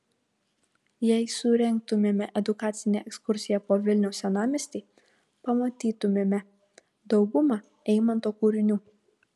jei surengtumėme edukacinę ekskursiją po vilniaus senamiestį pamatytumėme daugumą eimanto kūrinių